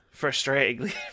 frustratingly